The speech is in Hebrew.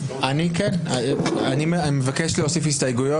אני מבקש להוסיף הסתייגויות,